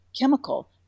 chemical